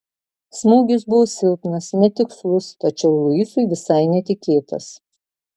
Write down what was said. smūgis buvo silpnas netikslus tačiau luisui visai netikėtas